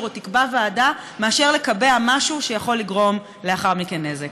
או תקבע ועדה מאשר לקבע משהו שיכול לגרום לאחר מכן נזק.